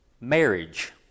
marriage